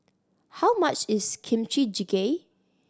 how much is Kimchi Jjigae